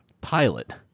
Pilot